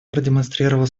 продемонстрировал